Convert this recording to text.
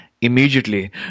immediately